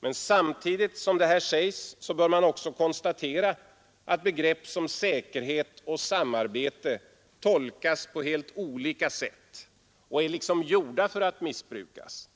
Men samtidigt som detta sägs bör man också konstatera att begrepp som ”säkerhet” och ”samarbete” tolkas på helt olika sätt och är liksom gjorda för att missbrukas.